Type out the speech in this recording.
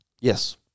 Yes